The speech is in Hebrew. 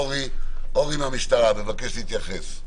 אורי מהמשטרה מבקש להתייחס.